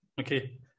okay